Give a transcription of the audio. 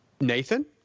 Nathan